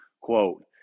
quote